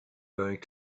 going